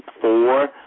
four